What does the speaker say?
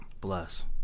Bless